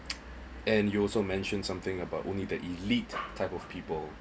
and you also mentioned something about only the elite type of people